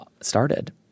started